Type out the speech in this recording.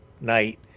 night